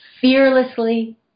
fearlessly